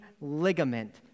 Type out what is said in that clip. ligament